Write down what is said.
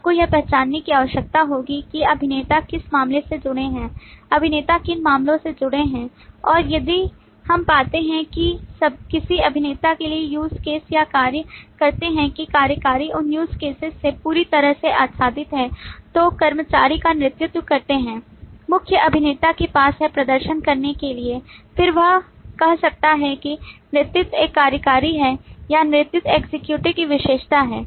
आपको यह पहचानने की आवश्यकता होगी कि अभिनेता किस मामले से जुड़े हैं अभिनेता किन मामलों से जुड़े हैं और यदि हम पाते हैं कि किसी अभिनेता के लिए USE CASE या कार्य कहते हैं कि कार्यकारी उन use cases से पूरी तरह से आच्छादित है जो कर्मचारी का नेतृत्व करते हैं मुख्य अभिनेता के पास है प्रदर्शन करने के लिए फिर वह कह सकता है कि नेतृत्व एक कार्यकारी है या नेतृत्व एक्ज़ेक्यूटिव की विशेषज्ञता है